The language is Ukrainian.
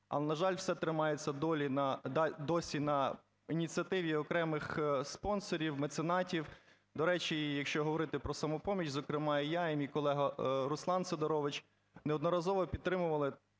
Але, на жаль, все тримається досі на ініціативі окремих спонсорів, меценатів. До речі, якщо говорити про "Самопоміч", зокрема і я, і мій колега Руслан Сидорович неодноразово підтримували